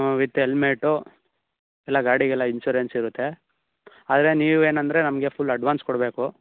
with helmet ಎಲ್ಲ ಗಾಡಿಗೆಲ್ಲ ಇನ್ಶೂರೆನ್ಸಿರುತ್ತೆ ಆದರೆ ನೀವೇನಂದರೆ ನಮಗೆ ಫುಲ್ ಅಡ್ವಾನ್ಸ್ ಕೊಡಬೇಕು